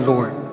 Lord